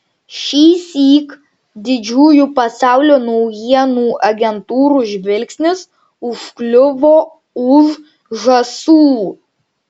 šįsyk didžiųjų pasaulio naujienų agentūrų žvilgsnis užkliuvo už žąsų